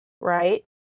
right